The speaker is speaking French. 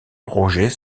roger